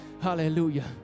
Hallelujah